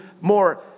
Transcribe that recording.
more